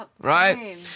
Right